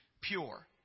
pure